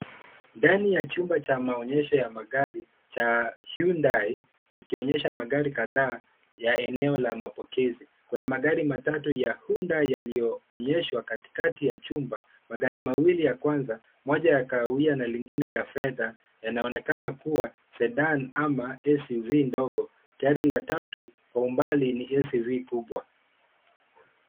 Ndani ya chumba cha maonyesho ya magari cha Hyundai zikionyesha magari kadhaa ya eneo la mapokezi. Kuna magari matatu ya Hyundai yaliyoonyeshwa katikati ya chumba. Magari mawili ya kwanza, moja ya kahawia na lingine ya fedha yanaonekana kuwa Sedan ama SUV ndogo Gari la tatu kwa umbali ni SUV kubwa.